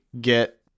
get